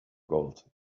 gold